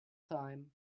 time